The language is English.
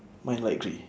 mine light grey